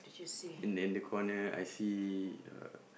in the in the corner I see uh